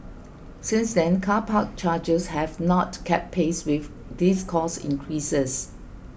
since then car park charges have not kept pace with these cost increases